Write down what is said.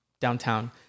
downtown